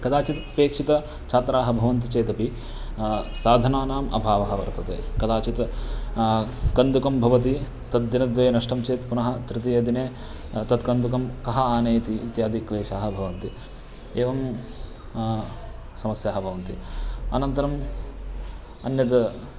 कदाचित्पेक्षिताः छात्राः भवन्ति चेत् अपि साधनानाम् अभावः वर्तते कदाचित् कन्दुकं भवति तद्दिनद्वये नष्टं चेत् पुनः तृतीयदिने तत्कन्दुकं कः आनयति इत्यादि क्लेशाः भवन्ति एवं समस्याः भवन्ति अनन्तरम् अन्यद्